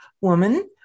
woman